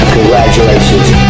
Congratulations